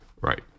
Right